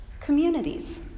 communities